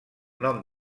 nom